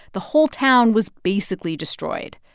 the whole town was basically destroyed.